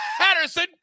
patterson